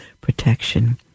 protection